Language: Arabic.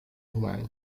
معي